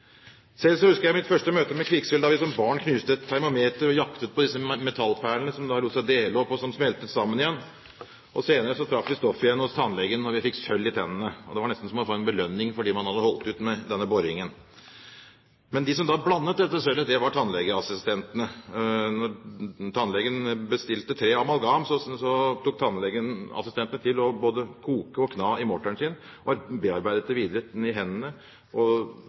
Selv husker jeg mitt første møte med kvikksølv da jeg som barn knuste et termometer og jaktet på disse metallperlene som lot seg dele opp, og som smeltet sammen igjen. Senere traff vi stoffet igjen hos tannlegen når vi fikk sølv i tennene. Det var nesten som å få en belønning fordi man hadde holdt ut med denne boringen. Men de som da blandet dette sølvet, var tannlegeassistentene. Når tannlegen bestilte tre amalgam, tok tannlegeassistenten til både å koke og kna i morteren sin og bearbeidet det videre i hendene, til tannlegen da dyttet dette på plass med en liten spade. Og